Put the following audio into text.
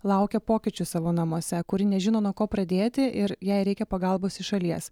laukia pokyčių savo namuose kuri nežino nuo ko pradėti ir jai reikia pagalbos iš šalies